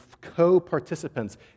co-participants